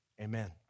Amen